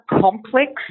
complex